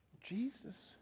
Jesus